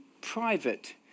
private